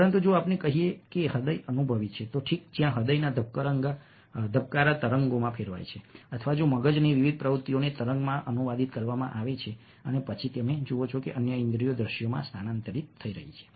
પરંતુ જો આપણે કહીએ કે હૃદય અનુભવી છે તો ઠીક જ્યાં હૃદયના ધબકારા તરંગોમાં ફેરવાય છે અથવા જો મગજની વિવિધ પ્રવૃત્તિઓને તરંગોમાં અનુવાદિત કરવામાં આવે છે અને પછી તમે જુઓ છો કે અન્ય ઇન્દ્રિયો દ્રશ્યોમાં સ્થાનાંતરિત થઈ રહી છે